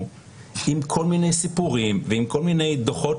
עם כל מיני סיפורים ועם כל מיני דוחות